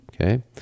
Okay